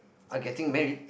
are getting married